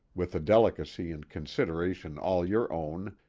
with a delicacy and consideration all your own,